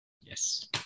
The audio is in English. Yes